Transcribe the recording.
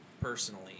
personally